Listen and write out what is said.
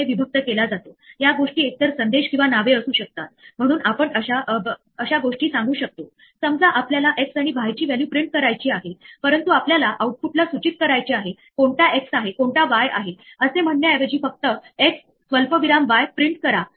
तर तुमच्याकडे जसे अनेक प्रकारचे एक्सेप्ट ब्लॉक्स असू शकतात जसे तुमच्याजवळ तुम्ही अंदाज बांधू शकता अशा अनेक प्रकारच्या एरर असतात त्यासाठी प्रत्येक प्रकारची एरर हाताळली गेली पाहिजे असे बंधनकारक नाही आता तुम्ही ज्या सर्व एररस चा अंदाज नाही बांधू शकत अशांसाठी काहीतरी करू इच्छिता